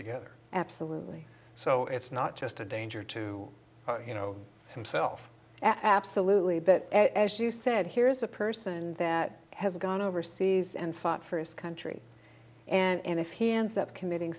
together absolutely so it's not just a danger to you know himself absolutely but as you said here's a person that has gone overseas and fought for his country and if he ends up committing